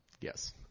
Yes